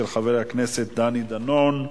של חבר הכנסת דני דנון,